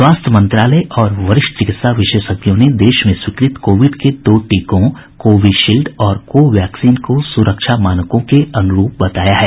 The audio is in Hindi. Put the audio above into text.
स्वास्थ्य मंत्रालय और वरिष्ठ चिकित्सा विशेषज्ञों ने देश में स्वीकृत कोविड के दो टीकों कोविशील्ड और कोवैक्सीन को सुरक्षा मानकों के अनुरूप बताया है